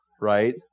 Right